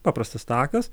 paprastas takas